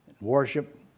worship